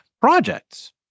projects